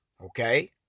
Okay